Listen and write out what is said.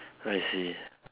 I see